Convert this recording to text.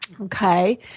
okay